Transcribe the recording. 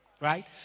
Right